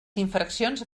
infraccions